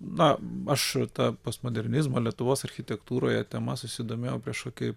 na aš ta postmodernizmo lietuvos architektūroje tema susidomėjau prieš kokį